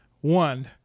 One